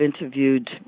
interviewed